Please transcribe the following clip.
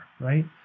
right